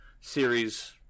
series